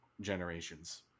generations